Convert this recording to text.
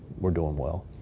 we're doing well